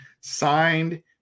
signed